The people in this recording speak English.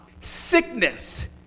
sickness